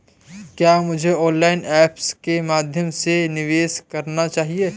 क्या मुझे online apps के माध्यम से निवेश करना चाहिए?